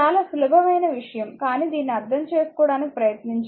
చాలా సులభమైన విషయం కానీ దీన్ని అర్థం చేసుకోవడానికి ప్రయత్నించాలి సరే